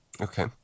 okay